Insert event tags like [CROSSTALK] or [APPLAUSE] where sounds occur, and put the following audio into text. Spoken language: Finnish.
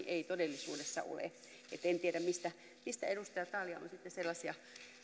[UNINTELLIGIBLE] ei todellisuudessa ole että en tiedä mistä edustaja talja on sitten sellaisia